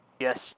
Yes